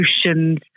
solutions